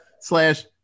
slash